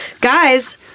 Guys